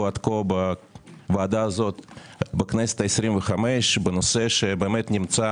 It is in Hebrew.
עד כה בוועדה הזו בכנסת ה-25 בנושא שנמצא